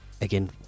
again